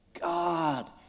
God